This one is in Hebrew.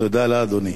תודה לאדוני.